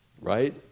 Right